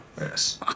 Yes